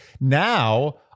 now